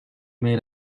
made